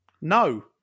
No